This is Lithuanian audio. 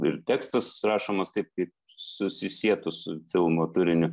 ir tekstus rašomas taip kaip susisietų su filmo turiniu